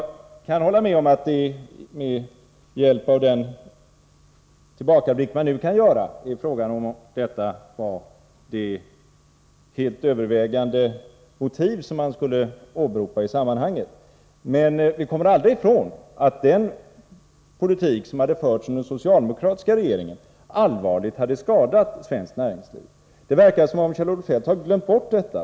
Jag kan hålla med om — med den tillbakablick man nu kan göra — att detta motiv kanske överbetonades i sammanhanget. Men vi kommer aldrig ifrån att den politik som hade förts av den socialdemokratiska regeringen hade allvarligt skadat svenskt näringsliv. Det verkar som om Kjell-Olof Feldt har glömt bort detta.